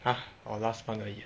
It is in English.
!huh! orh last month 而已 ah